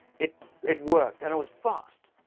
it it worked and it was fast.